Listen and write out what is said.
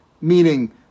meaning